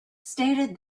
stated